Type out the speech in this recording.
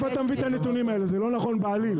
זה לא נכון בעליל.